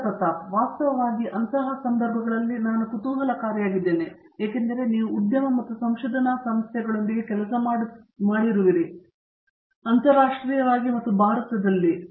ಪ್ರತಾಪ್ ಹರಿಡೋಸ್ ವಾಸ್ತವವಾಗಿ ಅಂತಹ ಸಂದರ್ಭಗಳಲ್ಲಿ ನಾನು ಕುತೂಹಲಕಾರಿಯಾಗಿದ್ದೇನೆ ಏಕೆಂದರೆ ನೀವು ಉದ್ಯಮ ಮತ್ತು ಸಂಶೋಧನಾ ಸಂಸ್ಥೆಗಳೊಂದಿಗೆ ಕೆಲಸ ಮಾಡುತ್ತಿರುವಿರಿ ಅಂತರಾಷ್ಟ್ರೀಯವಾಗಿ ಮತ್ತು ಭಾರತದಲ್ಲಿ ಹೀಗೆ